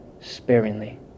sparingly